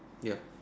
ya